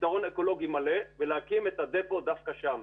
מסדרון אקולוגי מלא ולהקים את ה-דפו דווקא שם.